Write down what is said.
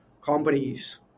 companies